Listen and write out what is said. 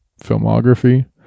filmography